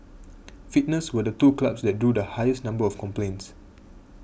fitness were the two clubs that drew the highest number of complaints